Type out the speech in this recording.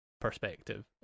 perspective